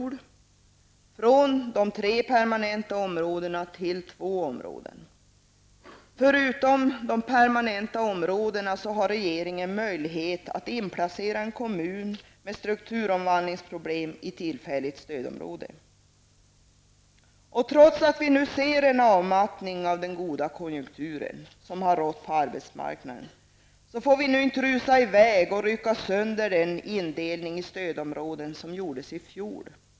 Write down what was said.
Beslutet handlade om en begränsning från tre permanenta områden till två områden. Vid sidan av inplaceringen i permanenta stödområden har regeringen möjlighet att inplacera en kommun med strukturomvandlingsproblem i tillfälligt stödområde. Trots att vi nu ser en avmattning när det gäller den goda konjunktur som har rått på arbetsmarknaden får vi inte rusa i väg och rycka sönder den indelning i stödområden som gjordes i fjol.